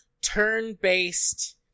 turn-based